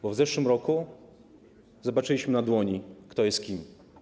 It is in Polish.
Bo w zeszłym roku zobaczyliśmy jak na dłoni, kto jest kim.